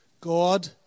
God